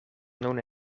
nun